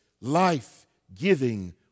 life-giving